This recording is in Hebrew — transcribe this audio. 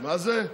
מה זה?